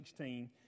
16